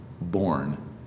born